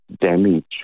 damage